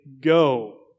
go